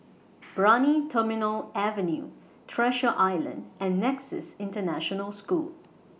Brani Terminal Avenue Treasure Island and Nexus International School